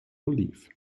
belief